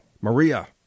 maria